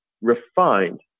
refined